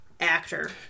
actor